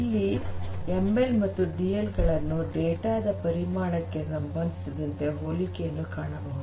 ಇಲ್ಲಿ ಎಂಎಲ್ ಮತ್ತು ಡಿಎಲ್ ಗಳನ್ನು ಡೇಟಾ ದ ಪರಿಮಾಣಕ್ಕೆ ಸಂಬಂಧಿಸಿದಂತೆ ಹೋಲಿಕೆಯನ್ನು ಕಾಣಬಹುದು